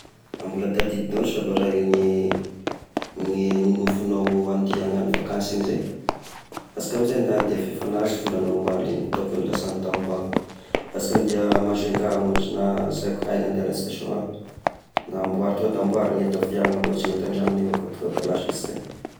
A mbola tadidignao sambarà igny, igny no nofignao handia agnano vakansy igny zay! Asika amy izay nda handeha fa efa nahazo vola agnao omaly igny, hitako nilasagny tamy banky, asika handeha a Majunga na ohatry na sy aiko, aiza ny andehan-sika sa va? Namba-tonga da amboary ny entagna fa iahy amboatry entan-dragnonay akao koa tonga da lasa ahika.